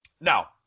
now